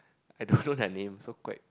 I don't know their name so quite